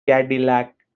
cadillac